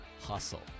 hustle